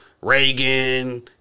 Reagan